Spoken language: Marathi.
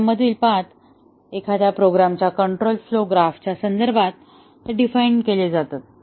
प्रोग्राममधील पाथ एखाद्या प्रोग्रामच्या कंट्रोल फ्लो ग्राफच्या संदर्भात डिफाइन्ड केले जातात